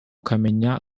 ukamenya